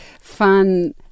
fun